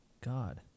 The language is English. God